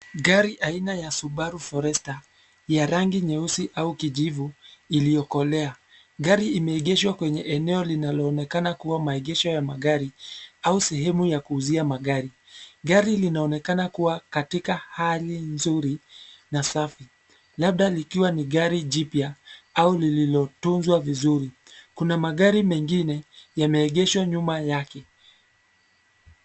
Gari aina ya Subaru Forester ya rangi nyeusi au kijivu iliyokolea. Gari imeegeshwa kwenye eneo linaloonekana kuwa maegesho ya magari au sehemu ya kuuzia magari. Gari linaonekana kuwa katika hali nzuri na safi, labda likiwa ni gari jipya au lililotunzwa vizuri. Kuna magari mengine yameegeshwa nyuma yake.